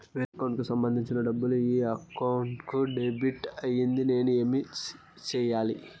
వేరే అకౌంట్ కు సంబంధించిన డబ్బు ఈ అకౌంట్ కు డెబిట్ అయింది నేను ఇప్పుడు ఏమి సేయాలి